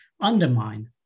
undermine